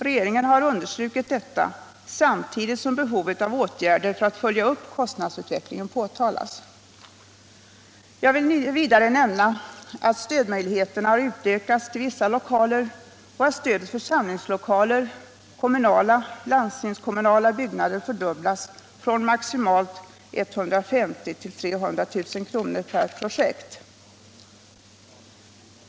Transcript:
Regeringen har även understrukit detta, samtidigt som behovet av åtgärder för att följa upp kostnadsutvecklingen har framhållits. Jag vill vidare nämna att stödmöjligheterna har utökats till vissa lokaler och att stödet för samlingslokaler, kommunala och landstingskommunala byggnader fördubblats från maximalt 150 000 till 300 000 kr. per projekt.